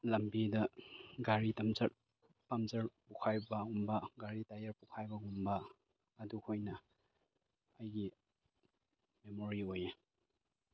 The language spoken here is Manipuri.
ꯂꯝꯕꯤꯗ ꯒꯥꯔꯤ ꯄꯝꯆꯔ ꯄꯣꯈꯥꯏꯕꯒꯨꯝꯕ ꯒꯥꯔꯤ ꯇꯥꯏꯌꯔ ꯄꯣꯈꯥꯏꯕꯒꯨꯝꯕ ꯑꯗꯨꯈꯣꯏꯅ ꯑꯩꯒꯤ ꯃꯦꯃꯣꯔꯤ ꯑꯣꯏꯌꯦ